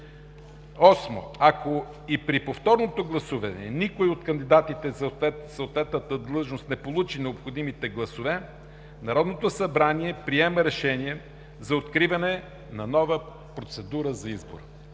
8. Ако и при повторното гласуване никой от кандидатите за съответната длъжност не получи необходимите гласове, Народното събрание приема решение за откриване на нова процедура за избор.“